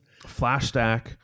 FlashStack